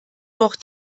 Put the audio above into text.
noch